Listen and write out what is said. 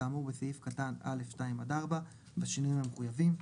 כאמור בסעיף קטן א'/2-4 בשינויים המחויבים.